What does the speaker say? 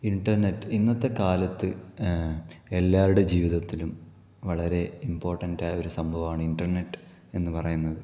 internet ഇന്നത്തെ കാലത്ത് എല്ലാവരുടെ ജീവിതത്തിലും വളരെ ഇമ്പോർട്ടന്റായ ഒരു സംഭവമാണ് ഇന്റർനെറ്റ് എന്ന് പറയുന്നത്